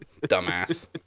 Dumbass